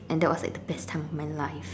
and that was like the best time of my life